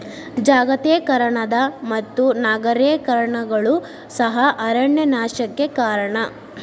ಜಾಗತೇಕರಣದ ಮತ್ತು ನಗರೇಕರಣಗಳು ಸಹ ಅರಣ್ಯ ನಾಶಕ್ಕೆ ಕಾರಣ